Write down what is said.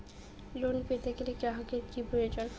Loan পেতে গেলে গ্রাহকের কি প্রয়োজন?